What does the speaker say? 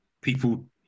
people